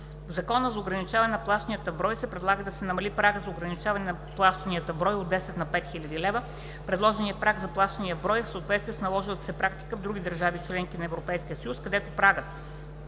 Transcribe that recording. В Закона за ограничаване на плащанията в брой се предлага да се намали прага за ограничаване на плащанията в брой от 10 000 лв. на 5000 лв. Предложеният праг на плащанията в брой е в съответствие с наложилата се практика в другите държави – членки на Европейския съюз, където прагът